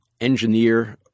engineer